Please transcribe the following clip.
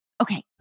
Okay